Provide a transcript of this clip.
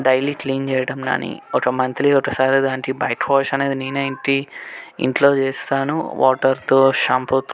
daily clean చేయటం కానీ ఒక మంత్లీ ఒకసారి దానికి బైక్ వాష్ అనేది నేనే ఇంటి ఇంట్లో చేస్తాను వాటర్తో షాంపుతో